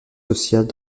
sociales